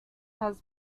have